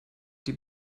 die